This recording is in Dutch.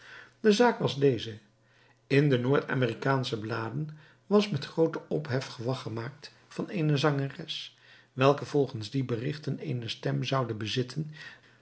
de zaak was deze in de noord-amerikaansche bladen was met grooten ophef gewag gemaakt van eene zangeres welke volgens die berichten eene stem zoude bezitten